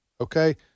okay